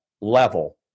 level